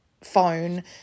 phone